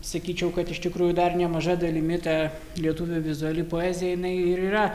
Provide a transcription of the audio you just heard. sakyčiau kad iš tikrųjų dar nemaža dalimi ta lietuvių vizuali poezija jinai ir yra